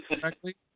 correctly